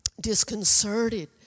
disconcerted